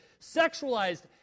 sexualized